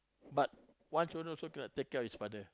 but one children also cannot take care of his father